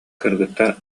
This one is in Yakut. кыргыттар